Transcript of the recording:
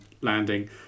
landing